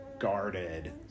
Guarded